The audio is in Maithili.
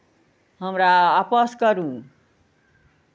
हमरा आपस करू